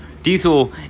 Diesel